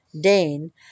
Dane